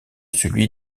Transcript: celui